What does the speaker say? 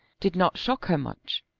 did not shock her much.